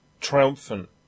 triumphant